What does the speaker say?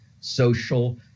social